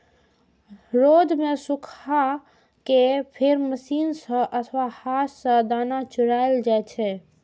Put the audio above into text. रौद मे सुखा कें फेर मशीन सं अथवा हाथ सं दाना छोड़ायल जाइ छै